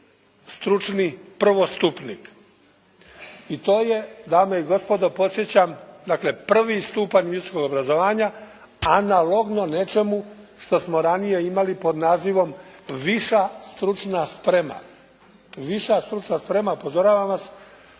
"stručni prvostupnik". I to je dame i gospodo podsjećam dakle prvi stupanj visokog obrazovanja analogno nečemu što smo ranije imali pod nazivom: "viša stručna sprema", "viša stručna sprema". Upozoravam vas